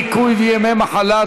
ניכוי ימי מחלה),